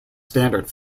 standard